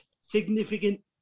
significant